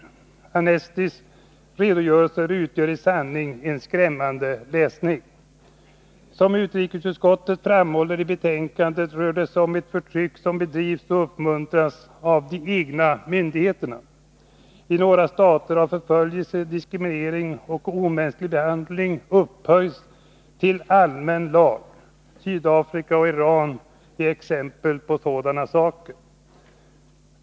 Amnestys redogörelser utgör i sanning en skrämmande läsning. Som utrikesutskottet framhåller i betänkandet rör det sig om ett förtryck som bedrivs eller uppmuntras av de egna myndigheterna. I några stater har förföljelse, diskriminering och omänsklig behandling upphöjts till allmän lag. Sydafrika och Iran är exempel på sådana företeelser.